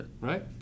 Right